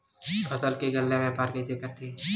फसल के गल्ला व्यापार कइसे करथे?